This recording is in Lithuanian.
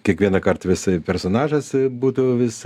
kiekvienąkart vis personažas būtų vis